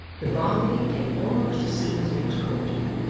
the balmy came almost as soon as it was courted.